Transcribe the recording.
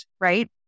right